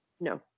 No